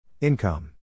Income